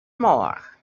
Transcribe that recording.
more